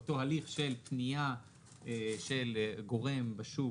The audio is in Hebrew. אותו הליך של פנייה של גורם בשוק